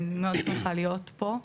אני מאוד שמחה להיות פה.